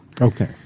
Okay